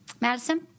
Madison